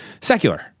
secular